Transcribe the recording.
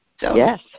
Yes